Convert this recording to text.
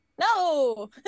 No